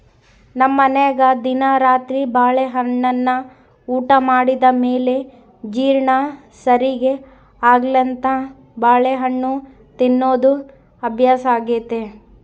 ನಮ್ಮನೆಗ ದಿನಾ ರಾತ್ರಿ ಬಾಳೆಹಣ್ಣನ್ನ ಊಟ ಮಾಡಿದ ಮೇಲೆ ಜೀರ್ಣ ಸರಿಗೆ ಆಗ್ಲೆಂತ ಬಾಳೆಹಣ್ಣು ತಿನ್ನೋದು ಅಭ್ಯಾಸಾಗೆತೆ